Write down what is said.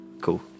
Cool